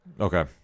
okay